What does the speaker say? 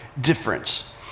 difference